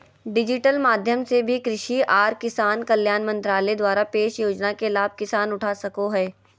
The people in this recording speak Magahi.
डिजिटल माध्यम से भी कृषि आर किसान कल्याण मंत्रालय द्वारा पेश योजना के लाभ किसान उठा सको हय